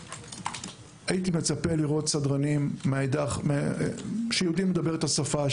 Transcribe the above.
הייתי מצפה לראות סדרנים שיודעים לדבר את השפה,